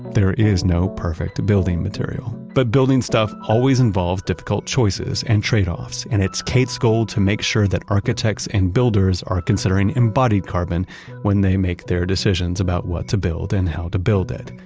there is no perfect to building material, but building stuff always involves difficult choices and tradeoffs, and it's kate's goal to make sure that architects and builders are considering embodied carbon when they make their decisions about what to build and how to build it,